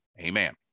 amen